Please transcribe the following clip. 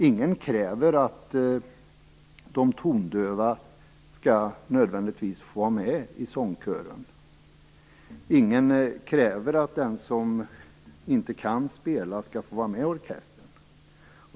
Ingen kräver att de tondöva nödvändigtvis skall få vara med i sångkören. Ingen kräver att den som inte kan spela skall få vara med i orkestern.